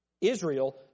Israel